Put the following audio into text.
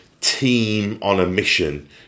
team-on-a-mission